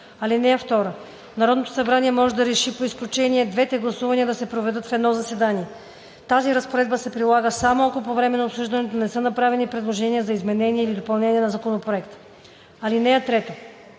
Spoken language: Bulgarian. (2) Народното събрание може да реши по изключение двете гласувания да се проведат в едно заседание. Тази разпоредба се прилага само ако по време на обсъждането не са направени предложения за изменение или допълнение на законопроекта. (3)